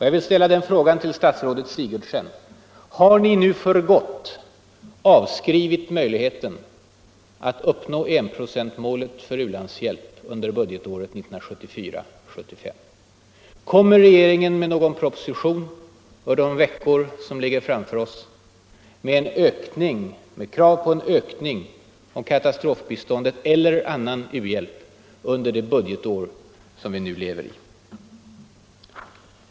Jag vill fråga statsrådet Sigurdsen: har ni nu för gott avskrivit möjligheten att uppnå enprocentsmålet för u-landshjälpen under budgetåret 1974/75? Kommer regeringen under de veckor som ligger framför oss med någon proposition om en ökning av katastrofbiståndet under det budgetår som vi nu lever i?